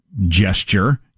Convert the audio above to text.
gesture